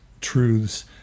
truths